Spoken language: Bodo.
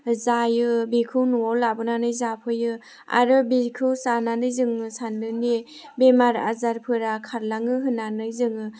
जायो बेखौ न'आव लाबोनानै जाफैयो आरो बेखौ जानानै जोङो सानोदि बेमार आजारफोरा खारलाङो होननानै जोङो